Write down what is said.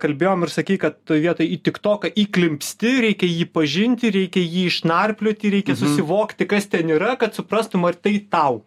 kalbėjom ir sakyk kad toj vietoj į tiktoką įklimpsti jį pažinti reikia jį išnarplioti reikia susivokti kas ten yra kad suprastum ar tai tau